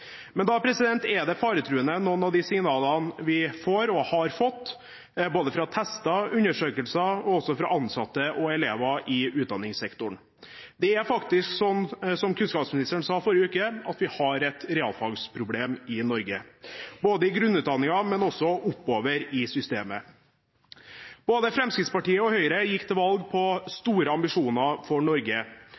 Men da er noen av de signalene vi får og har fått både fra tester, undersøkelser og også fra ansatte og elever i utdanningssektoren, faretruende. Det er faktisk, som kunnskapsministeren sa forrige uke, slik at vi har et realfagsproblem i Norge, både i grunnutdanningen og oppover i systemet. Både Fremskrittspartiet og Høyre gikk til valg på store ambisjoner for Norge.